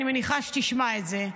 אני מניחה שתשמע את זה.